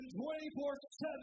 24-7